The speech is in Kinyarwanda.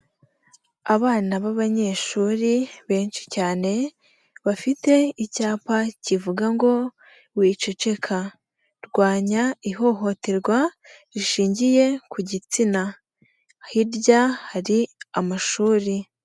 Abana b'abanyeshuri benshi cyane, bafite icyapa kivuga ngo wiceceka, rwanya ihohoterwa rishingiye ku gitsina, hirya hari amashuri.